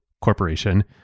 corporation